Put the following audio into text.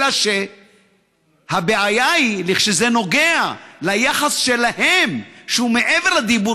אלא שהבעיה היא כשזה נוגע ליחס שלהם שהוא מעבר לדיבור,